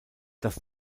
das